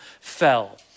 fell